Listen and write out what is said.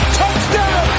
touchdown